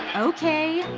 okay.